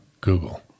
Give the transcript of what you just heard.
Google